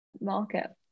market